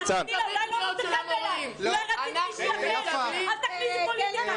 אולי זה לא מוצא חן בעינייך, אל תכניסי פוליטיקה.